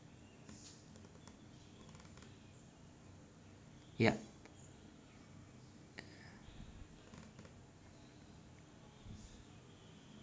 yup